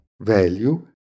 value